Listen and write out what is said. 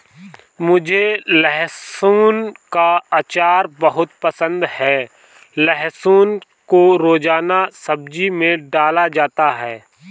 मुझे लहसुन का अचार बहुत पसंद है लहसुन को रोजाना सब्जी में डाला जाता है